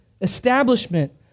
establishment